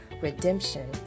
redemption